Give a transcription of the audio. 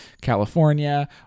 California